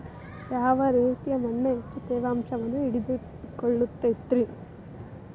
ಯಾವ ರೇತಿಯ ಮಣ್ಣ ಹೆಚ್ಚು ತೇವಾಂಶವನ್ನ ಹಿಡಿದಿಟ್ಟುಕೊಳ್ಳತೈತ್ರಿ?